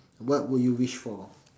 what would you wish for